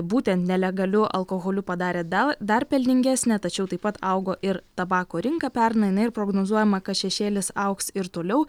būtent nelegaliu alkoholiu padarė dal dar pelningesnę tačiau taip pat augo ir tabako rinka pernai na ir prognozuojama kad šešėlis augs ir toliau